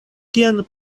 kiam